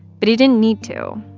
but he didn't need to.